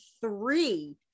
three